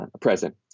present